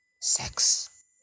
sex